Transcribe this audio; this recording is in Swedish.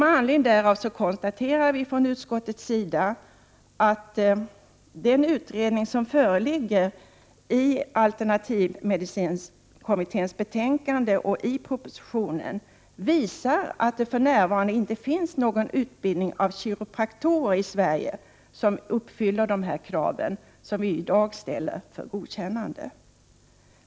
Med anledning därav konstaterar vi från utskottets sida att den utredning som föreligger och som det redogörs för i alternativmedicinkommitténs betänkande och i propositionen visar, att det för närvarande inte finns någon utbildning av kiropraktorer i Sverige som uppfyller de krav som vi i dag ställer för godkännande.